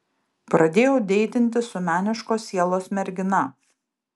pradėjau deitinti su meniškos sielos mergina